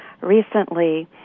Recently